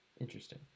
Interesting